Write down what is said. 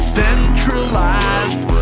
centralized